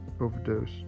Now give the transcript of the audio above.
overdose